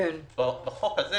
בחוק הזה